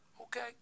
Okay